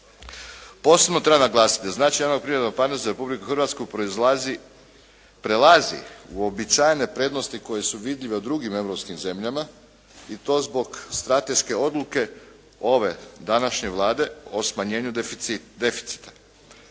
Posebno treba naglasiti da značaj javno-privatnog partnerstva za Republiku Hrvatsku prelazi uobičajene prednosti koje su vidljive u drugim europskim zemljama i to zbog strateške odluke ove, današnje Vlade o smanjenju deficita.